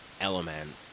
element